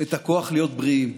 את הכוח להיות בריאים?